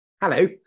Hello